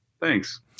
Thanks